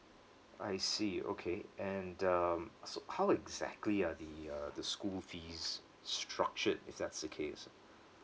I see okay and um so how exactly are the uh the school fees structured if that's the case